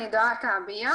אני דועא כעביה,